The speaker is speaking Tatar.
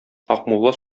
акмулла